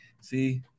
see